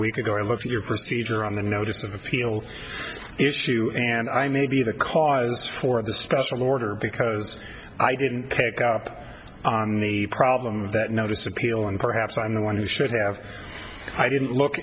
week ago i looked at your procedure on the notice of appeal issue and i may be the cause for the special order because i didn't pick up on the problem of that now this appeal and perhaps i'm the one who should have i didn't look